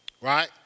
Right